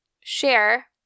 share